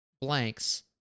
blanks